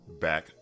back